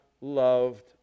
loved